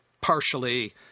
partially